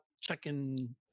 checking